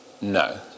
No